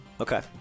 Okay